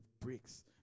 bricks